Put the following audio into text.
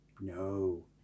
No